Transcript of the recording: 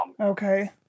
Okay